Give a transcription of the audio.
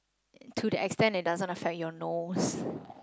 to the extend it doesn't affect your nose